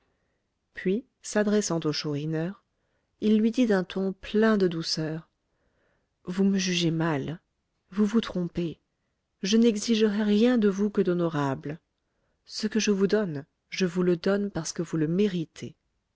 puis s'adressant au chourineur il lui dit d'un ton plein de douceur vous me jugez mal vous vous trompez je n'exigerai rien de vous que d'honorable ce que je vous donne je vous le donne parce que vous le méritez